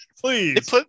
Please